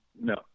No